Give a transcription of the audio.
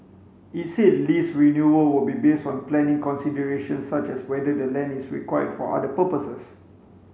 it said lease renewal will be based on planning considerations such as whether the land is required for other purposes